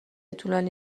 طولانی